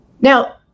Now